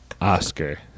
Oscar